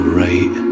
right